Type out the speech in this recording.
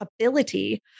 ability